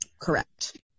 Correct